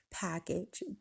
package